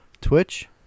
twitch